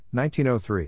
1903